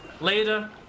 later